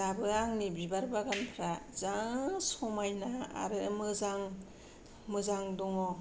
दाबो आंनि बिबार बागानफोरा जा समायना आरो मोजां मोजां दङ